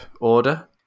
order